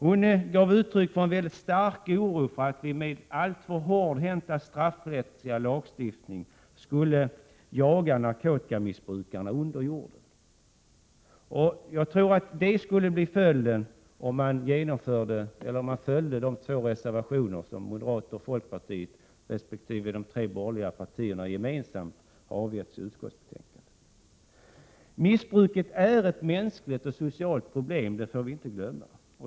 Hon gav uttryck för en stark oro för att vi med en alltför hårdhänt straffrättslig lagstiftning skulle jaga narkotikamissbrukarna under jorden. Jag tror att det skulle bli följden, om man biföll de två reservationer som moderaterna och folkpartiet resp. de tre borgerliga partierna gemensamt har avgivit. Missbruket är ett mänsklig och socialt problem. Det får vi inte glömma.